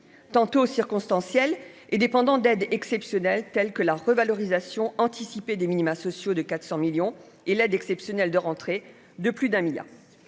tantôt circonstanciel et dépendant d'aides exceptionnelles, telles que la revalorisation anticipée des minima sociaux de 400 millions et l'aide exceptionnelle de rentrée de plus d'un milliard